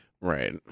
Right